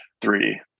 three